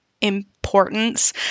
importance